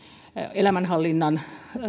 elämänhallinnan